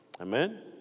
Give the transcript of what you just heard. Amen